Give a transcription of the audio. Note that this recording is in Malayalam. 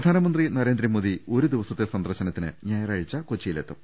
പ്രധാനമന്ത്രി നരേന്ദ്രമോദി ഒരുദിവസത്തെ സന്ദർശനത്തിന് ഞായ റാഴ്ച കൊച്ചിയിലെത്തും